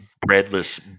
breadless